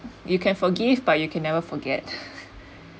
you can forgive but you can never forget